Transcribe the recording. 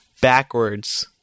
backwards